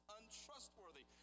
untrustworthy